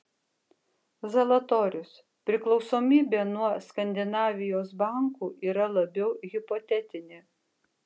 zalatorius priklausomybė nuo skandinavijos bankų yra labiau hipotetinė